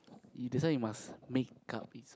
you that's why you must makeup it's